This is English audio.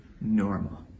normal